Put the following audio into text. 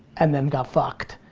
and then got fucked.